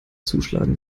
zuschlagen